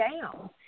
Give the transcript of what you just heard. down